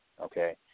okay